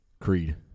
Creed